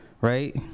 right